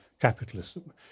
capitalism